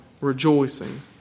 rejoicing